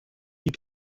die